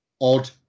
odd